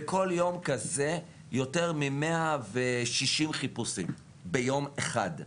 בכל יום כזה יותר מ-160 חיפושים, ביום אחד.